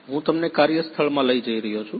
હું તમને કાર્યસ્થળમાં લઈ જઈ રહ્યો છું